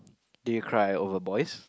did you cry over boys